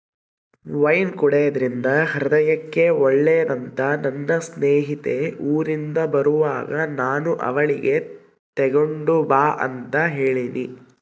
wine ಕುಡೆದ್ರಿಂದ ಹೃದಯಕ್ಕೆ ಒಳ್ಳೆದಂತ ನನ್ನ ಸ್ನೇಹಿತೆ ಊರಿಂದ ಬರುವಾಗ ನಾನು ಅವಳಿಗೆ ತಗೊಂಡು ಬಾ ಅಂತ ಹೇಳಿನಿ